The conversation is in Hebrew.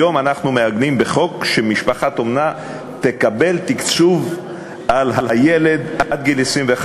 היום אנחנו מעגנים בחוק שמשפחת אומנה תקבל תקציב על הילד עד גיל 21,